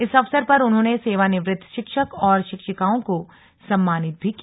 इस अवसर पर उन्होंने सेवानिवृत्त शिक्षक और शिक्षिकाओं को सम्मानित भी किया